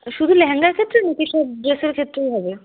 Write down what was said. শুধু লেহেঙ্গার ক্ষেত্রে নাকি সব ড্রেসের ক্ষেত্রেও হবে